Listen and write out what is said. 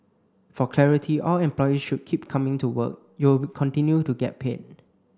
for clarity all employees should keep coming to work you will continue to get paid